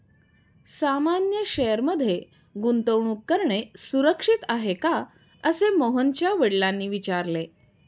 सामान्य शेअर मध्ये गुंतवणूक करणे सुरक्षित आहे का, असे मोहनच्या वडिलांनी विचारले